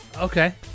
Okay